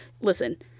listen